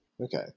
Okay